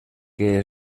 què